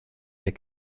der